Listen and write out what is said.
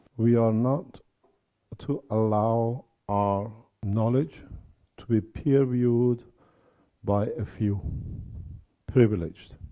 we are not to allow our knowledge to be peer-reviewed by a few privileged.